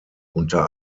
unter